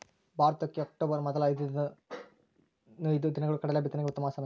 ಭಾರತಕ್ಕೆ ಅಕ್ಟೋಬರ್ ಮೊದಲ ಹದಿನೈದು ದಿನಗಳು ಕಡಲೆ ಬಿತ್ತನೆಗೆ ಉತ್ತಮ ಸಮಯ